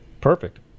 Perfect